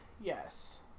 Yes